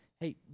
hey